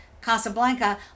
casablanca